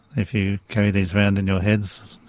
if you carried these around in your heads,